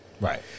right